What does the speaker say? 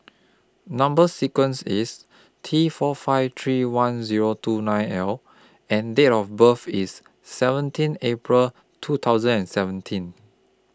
Number sequence IS T four five three one Zero two nine L and Date of birth IS seventeen April two thousand and seventeen